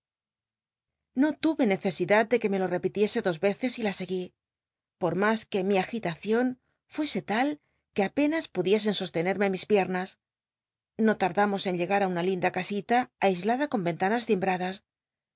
no tuve necesidad de que me lo tepitiesc dos veces y la segui por mas que mi agitacion fuese tal que apenas pudiesen sostenerme mis piernas no lardamos en llegar á una linda casita aislada con ventanas cimbradas